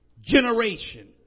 generation